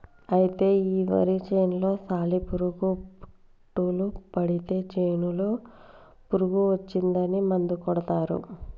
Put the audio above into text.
అయితే ఈ వరి చేనులో సాలి పురుగు పుట్టులు పడితే చేనులో పురుగు వచ్చిందని మందు కొడతారు